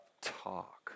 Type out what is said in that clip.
talk